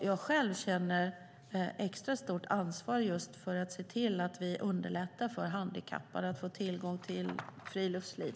Jag själv känner extra stort ansvar för att se till att vi underlättar för handikappade att få tillgång till friluftsliv.